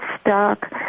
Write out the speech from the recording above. stuck